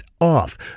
off